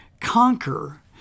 conquer